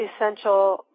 essential